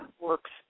works